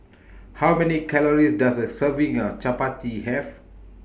How Many Calories Does A Serving of Chapati Have